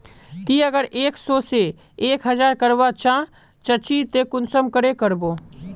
ती अगर एक सो से एक हजार करवा चाँ चची ते कुंसम करे करबो?